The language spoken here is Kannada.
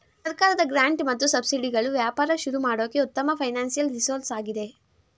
ಸರ್ಕಾರದ ಗ್ರಾಂಟ್ ಮತ್ತು ಸಬ್ಸಿಡಿಗಳು ವ್ಯಾಪಾರ ಶುರು ಮಾಡೋಕೆ ಉತ್ತಮ ಫೈನಾನ್ಸಿಯಲ್ ರಿಸೋರ್ಸ್ ಆಗಿದೆ